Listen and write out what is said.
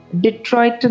Detroit